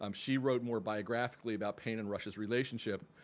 um she wrote more biographically about paine and rush's relationship.